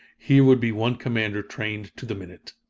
here would be one commander trained to the minute.